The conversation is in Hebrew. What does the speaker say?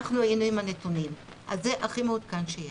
אנחנו היינו עם הנתונים, אז זה הכי מעודכן שיש.